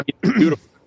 beautiful